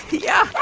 yeah,